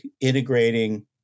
integrating